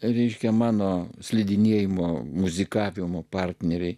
reiškia mano slidinėjimo muzikavimo partneriai